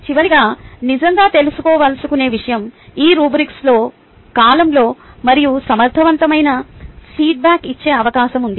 చివరిగా నిజంగా తెలుసుకోవాలనుకునే విషయం ఈ రుబ్రిక్ సకాలంలో మరియు సమర్థవంతమైన ఫీడ్బ్యాక్ ఇచ్చే అవకాశం ఉంది